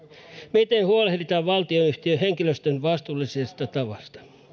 miten huolehditaan valtionyhtiön henkilöstöstä vastuullisella tavalla